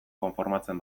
konformatzen